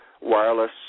wireless